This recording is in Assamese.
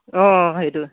অঁ সেইটো